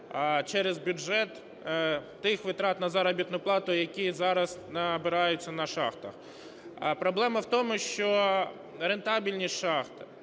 через бюджет тих витрат на заробітну плату, які зараз набираються на шахтах. Проблема в тому, що рентабельність шахт,